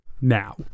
now